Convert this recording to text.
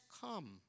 come